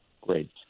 Great